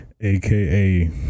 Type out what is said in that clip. aka